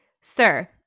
Sir